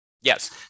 Yes